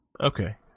Okay